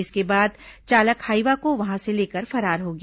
इसके बाद चालक हाईवा को वहां से लेकर फरार हो गया